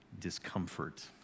discomfort